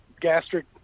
gastric